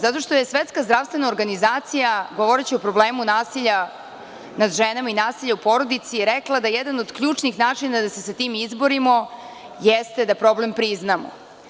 Zato što je Svetska zdravstvena organizacija, govoreći o problemu nasilja nad ženama i nasilja u porodici rekla da jedan od ključnih načina da se sa tim izborimo jeste da problem priznamo.